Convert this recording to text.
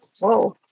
Whoa